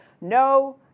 No